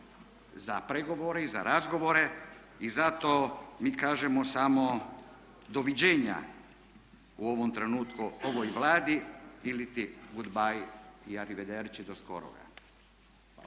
za pregovore i za razgovore i zato mi kažemo samo doviđenja u ovom trenutku ovoj Vladi iliti goodbye i arrivederci do skoroga.